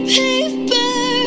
paper